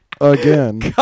Again